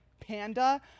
Panda